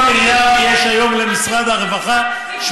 8 מיליארד, יש היום למשרד הרווחה,